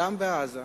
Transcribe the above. גם בעזה,